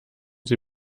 sie